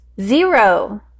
Zero